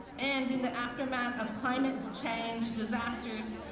and in the aftermath of climate change disasters,